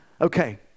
Okay